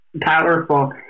powerful